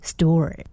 Store